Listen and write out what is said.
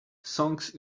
songs